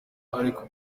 ariko